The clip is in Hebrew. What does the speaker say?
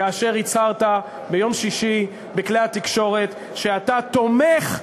כאשר הצהרת ביום שישי בכלי התקשורת שאתה תומך,